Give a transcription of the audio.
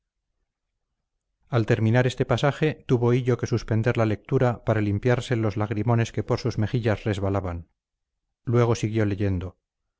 al terminar este pasaje tuvo hillo que suspender la lectura para limpiarse los lagrimones que por sus mejillas resbalaban luego siguió leyendo